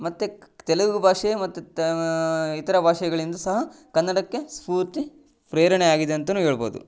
ಮತ್ತು ತೆಲುಗು ಭಾಷೆ ಮತ್ತು ತ ಇತರ ಭಾಷೆಗಳಿಂದ ಸಹ ಕನ್ನಡಕ್ಕೆ ಸ್ಪೂರ್ತಿ ಪ್ರೇರಣೆ ಆಗಿದೆ ಅಂತನೂ ಹೇಳ್ಬೋದು